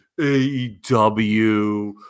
AEW